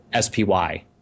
SPY